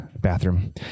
bathroom